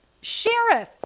Sheriff